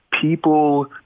People